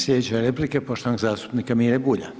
Sljedeća replika poštovanog zastupnika Mire Bulja.